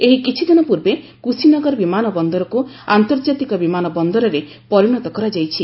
ଏହି କିଛି ଦିନ ପୂର୍ବେ କୁଶିନଗର ବିମାନ ବନ୍ଦରକୁ ଆନ୍ତର୍ଜାତିକ ବିମାନ ବନ୍ଦରରେ ପରିଣତ କରାଯାଇଛି